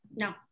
No